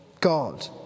God